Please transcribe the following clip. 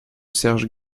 serge